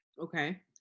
okay